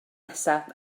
nesaf